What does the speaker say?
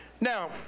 now